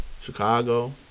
Chicago